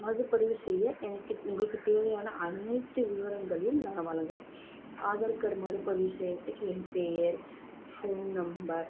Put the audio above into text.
மறுபதிவு செய்ய எனக்கு உங்களுக்கு தேவையான அனைத்து விவரங்களும் நான் வழங்குறேன் ஆதார் கார்டு மறுபதிவு செய்கிறதுக்கு என் பெயர் ஃபோன் நம்பர்